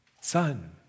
son